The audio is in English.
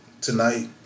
tonight